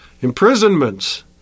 imprisonments